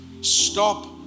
Stop